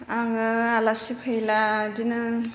आङो आलासि फैब्ला बेदिनो